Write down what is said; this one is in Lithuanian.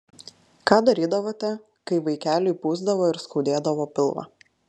ką darydavote kai vaikeliui pūsdavo ar skaudėdavo pilvą